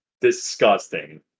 Disgusting